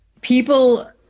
people